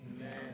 Amen